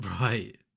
Right